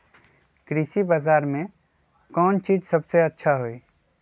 कृषि बजार में कौन चीज सबसे अच्छा होई?